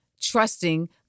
trusting